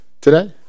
today